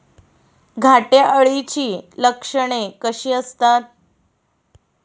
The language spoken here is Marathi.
घाटे अळीची लक्षणे कशी असतात?